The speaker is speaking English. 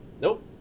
nope